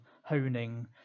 honing